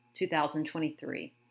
2023